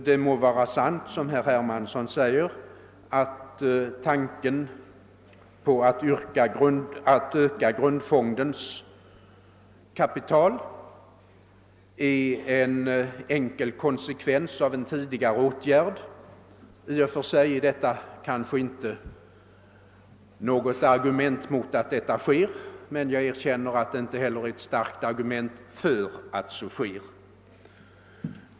Det må vara sant, som herr Hermansson säger, att tanken på att öka grundfondens kapital är en enkel konsekvens av en tidigare åtgärd. I och för sig är detta kanske inte något argument mot att så sker, men jag erkänner att det inte heller är ett starkt argument för att det sker.